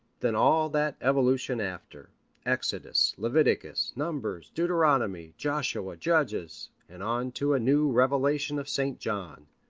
then all that evolution after exodus, leviticus, numbers, deuteronomy, joshua, judges, and on to a new revelation of st. john.